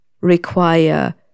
require